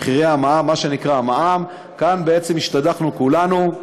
כאן השתדכנו כולנו,